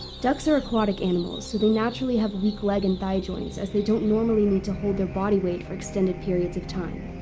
ducks are aquatic animals, so they naturally have weak leg and thigh joints as they don't normally need to hold their body weight for extended periods of time.